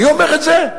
אני אומר את זה?